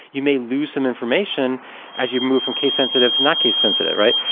you may lose some information as you move from case-sensitive to not case-sensitive, right?